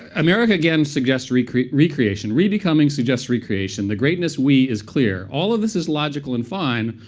america again suggests re-creation. re-becoming suggests re-creation. the greatness we, is clear. all of this is logical and fine,